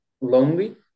lonely